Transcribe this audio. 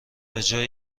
بجای